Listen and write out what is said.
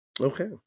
okay